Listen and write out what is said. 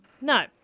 No